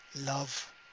love